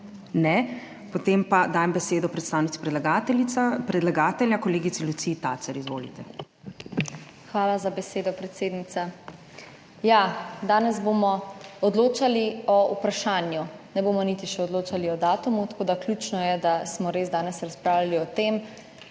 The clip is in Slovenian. Ne. Potem pa dajem besedo predstavnici predlagatelja, kolegici Luciji Tacer. Izvolite. **LUCIJA TACER (PS SDS):** Hvala za besedo, predsednica. Ja, danes bomo odločali o vprašanju, ne bomo niti še odločali o datumu, tako da ključno je, da smo res danes razpravljali o tem,